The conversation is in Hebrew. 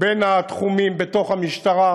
בין התחומים בתוך המשטרה.